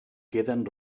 queden